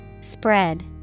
Spread